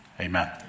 Amen